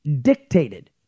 dictated